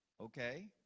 Okay